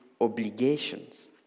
obligations